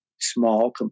Small